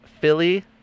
Philly